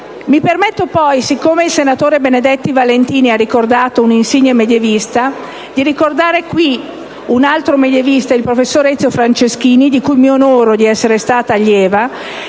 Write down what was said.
Permettetemi poi, poiché il senatore Benedetti Valentini ha ricordato un insigne medievista, di ricordare qui un altro medievista, il professor Ezio Franceschini, di cui mi onoro di essere stata allieva,